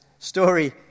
story